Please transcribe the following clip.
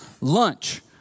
Lunch